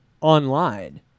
online